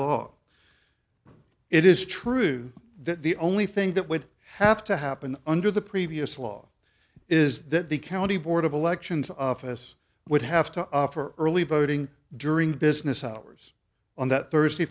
law it is true that the only thing that would have to happen under the previous law is that the county board of elections office would have to offer early voting during business hours on that thursday